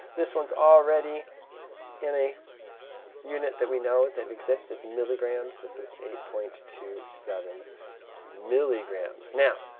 this one's already in a unit that we know that exists. it's milligrams. this is eight point two seven milligrams. now,